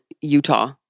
Utah